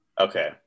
Okay